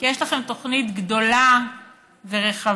כי יש לכם תוכנית גדולה ורחבה.